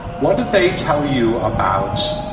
what did they tell you about.